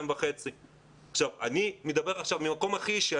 14:30. אני מדבר עכשיו מן המקום הכי אישי.